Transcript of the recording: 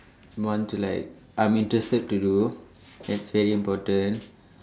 want to like I'm interested to do that's very important